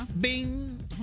Bing